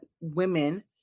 women